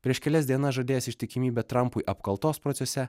prieš kelias dienas žadėjęs ištikimybę trampui apkaltos procese